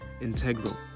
integral